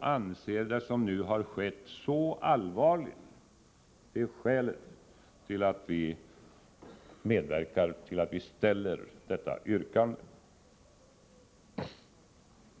anser det som nu skett vara så allvarligt är skälet till att vi medverkar vid framställandet av detta yrkande.